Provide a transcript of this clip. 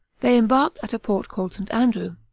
they embarked at a port called st. andrew.